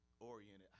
Oriented